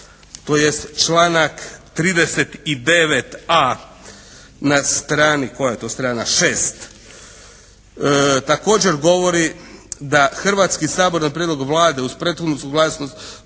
koja je to strana, 6, također govori da Hrvatski sabor na prijedlog Vlade uz prethodnu suglasnost